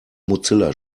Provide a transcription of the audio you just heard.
mozilla